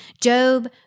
Job